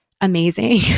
amazing